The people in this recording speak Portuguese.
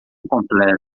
completa